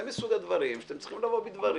זה מסוג הדברים שאתם צריכים לבוא בדברים.